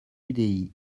udi